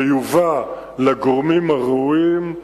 זה יובא לגורמים הראויים.